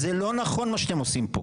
זה לא נכון מה שאתם עושים פה.